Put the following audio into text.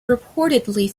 reportedly